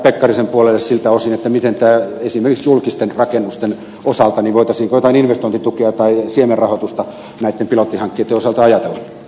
pekkarisen puolelle kysymys siltä osin miten on esimerkiksi julkisten rakennusten osalta voitaisiinko jotain investointitukia tai siemenrahoitusta näitten pilottihankkeitten osalta ajatella